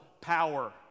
power